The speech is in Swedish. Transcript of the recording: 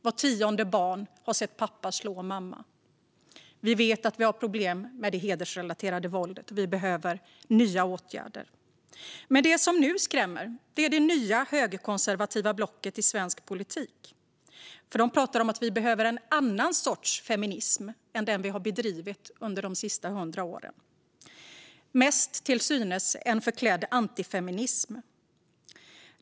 Vart tionde barn har sett pappa slå mamma. Vi vet att vi har problem med det hedersrelaterade våldet. Vi behöver nya åtgärder. Det som nu skrämmer är det nya högerkonservativa blocket i svensk politik, för de pratar om att vi behöver en annan sorts feminism än den vi har bedrivit under de senaste hundra åren. Det är till synes mest en förklädd antifeminism.